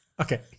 Okay